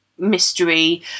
mystery